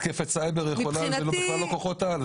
מתקפת סייבר יכולה להיות והיא לא כוחות על.